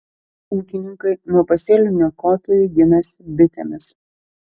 ūkininkai nuo pasėlių niokotojų ginasi bitėmis